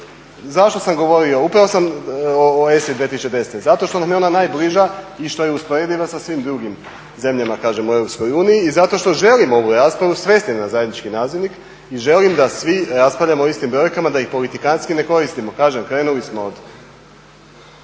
Zašto sam govorio? Upravo sam o ESA-i 2010? Zato što nam je ona najbliža i što je usporediva sa svim drugim zemljama kažem u Europskoj uniji. I zato što želim ovu raspravu svesti na zajednički nazivnik i želim da svi raspravljamo o istim brojkama da ih politikanski ne koristimo. Kažem krenuli smo od,